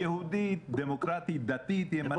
-- יהודית, דמוקרטית, דתית, ימנית.